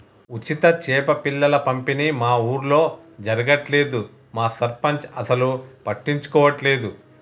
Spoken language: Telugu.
ఉచిత చేప పిల్లల పంపిణీ మా ఊర్లో జరగట్లేదు మా సర్పంచ్ అసలు పట్టించుకోవట్లేదు